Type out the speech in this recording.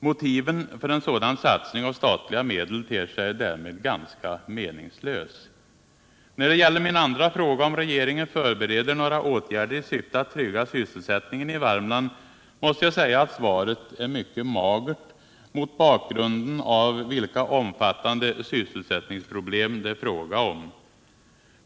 Motiven för en sådan satsning av statliga medel ter sig därmed ganska meningslösa. När det gäller min andra fråga, om regeringen förbereder några åtgärder i syfte att trygga sysselsättningen i Värmland, måste jag säga att svaret är mycket magert mot bakgrunden av vilka omfattande sysselsättningsproblem det är fråga om.